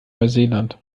neuseeland